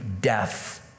death